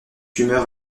humeur